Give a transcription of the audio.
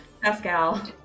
Pascal